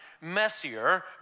messier